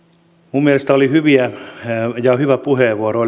mielestäni oli hyvä se puheenvuoro